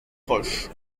roche